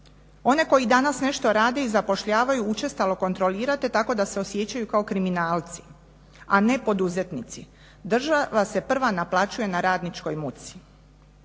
One koji danas nešto rade i zapošljavaju učestalo kontrolirate tako da se osjećaju kao kriminalci, a ne poduzetnici. Država se prva naplaćuje na radničkoj muci.